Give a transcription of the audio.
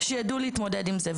שיידעו להתמודד עם זה.